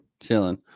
Chilling